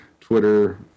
Twitter